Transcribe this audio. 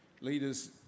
leaders